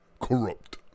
corrupt